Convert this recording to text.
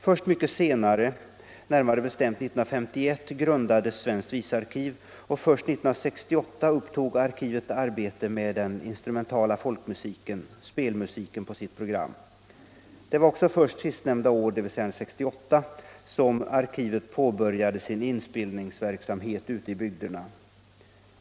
Först mycket senare, närmare bestämt 1951, grundades svenskt visarkiv, och först 1968 upptog arkivet arbetet med den instrumentala folkmusiken, spelmusiken, på sitt program. Det var också först sistnämnda år, dvs. 1968, som arkivet påbörjade sin inspelningsverksamhet ute i bygderna.